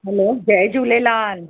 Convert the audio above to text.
हलो जय झूलेलाल